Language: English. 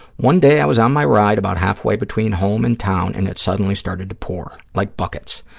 one day i was on my ride, about halfway between home and town, and it suddenly started to pour, like buckets.